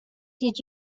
did